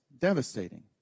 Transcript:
devastating